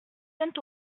saint